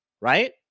right